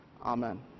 Amen